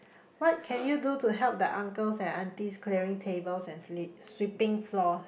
what can you do to help the uncles and aunties clearing tables and slee~ sweeping floors